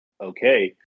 Okay